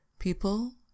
People